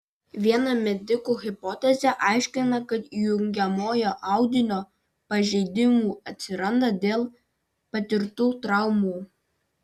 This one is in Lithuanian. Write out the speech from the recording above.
viena medikų hipotezė aiškina kad jungiamojo audinio pažeidimų atsiranda dėl patirtų traumų